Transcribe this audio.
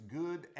good